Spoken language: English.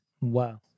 Wow